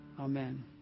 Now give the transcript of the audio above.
Amen